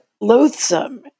Loathsome